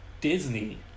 Disney